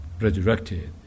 resurrected